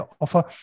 offer